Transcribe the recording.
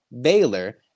Baylor